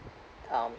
um